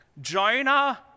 Jonah